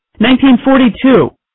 1942